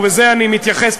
ובזה אני מתייחס,